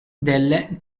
delle